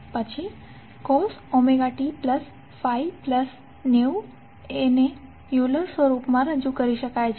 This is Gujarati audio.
પછી cos ωt∅90 ને યુલ ર સ્વરૂપ માં રજૂ કરી શકાય છે